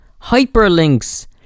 hyperlinks